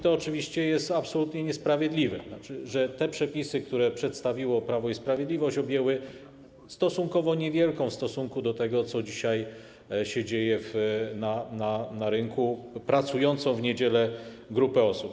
To oczywiście jest absolutnie niesprawiedliwe, to, że te przepisy, które przedstawiło Prawo i Sprawiedliwość, objęły stosunkowo niewielką w stosunku do tego, co dzisiaj się dzieje na rynku, pracującą w niedziele grupę osób.